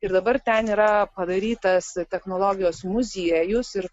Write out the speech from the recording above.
ir dabar ten yra padarytas technologijos muziejus ir